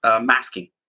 masking